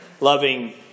loving